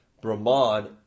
Brahman